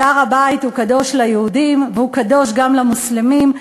והר-הבית הוא קדוש ליהודים והוא קדוש גם למוסלמים,